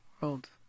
world